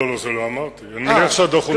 לא, זה לא אמרתי, אני מניח שהדוח הוא נכון.